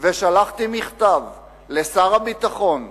ושלחתי מכתב לשר הביטחון,